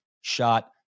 shot